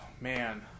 Man